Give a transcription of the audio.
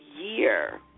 year